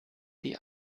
die